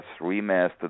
remastered